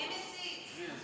מי מסית?